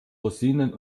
rosinen